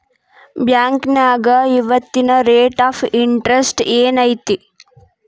ಬಾಂಕ್ನ್ಯಾಗ ಇವತ್ತಿನ rate of interest ಏನ್ ಐತಿ